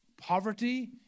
poverty